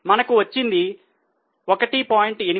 మనకు వచ్చింది 1